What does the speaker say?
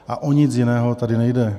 A o nic jiného tady nejde.